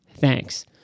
Thanks